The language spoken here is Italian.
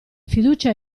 fiducia